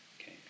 Okay